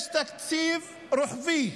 יש תקציב רוחבי,